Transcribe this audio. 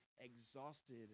exhausted